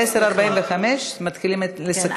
ב-22:45 מתחילים לסכם.